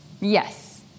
Yes